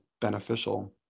beneficial